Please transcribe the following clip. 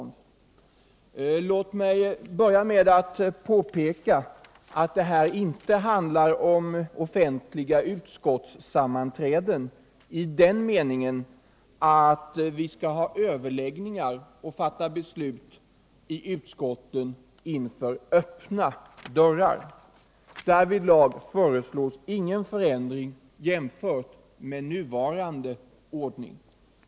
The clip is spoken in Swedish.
Låt mig börja med att påpeka att det här inte handlar om offentliga utskottssammanträden i den meningen att vi skall ha överläggningar och fatta beslut i utskotten inför öppna dörrar. Därvidlag föreslås ingen förändring jämfört med nuvarande ordning.